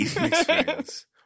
experience